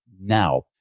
now